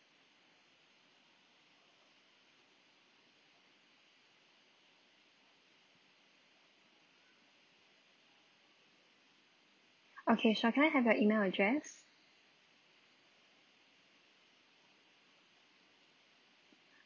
okay sure can I have your email address